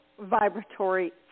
vibratory